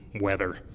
weather